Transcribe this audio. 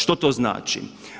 Što to znači?